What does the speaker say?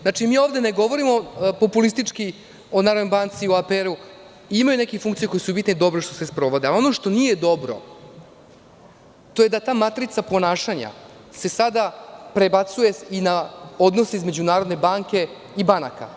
Znači, mi ovde ne govorimo populistički o Narodnoj banci i o APR. Ima nekih funkcija koje su bitne i dobro je što se sprovode, a ono što nije dobro, to je da se ta matrica ponašanja sada prebacuje i na odnos između Narodne banke i banaka.